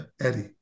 Eddie